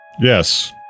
Yes